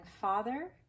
father